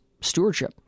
stewardship